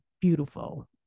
beautiful